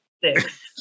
Six